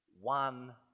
one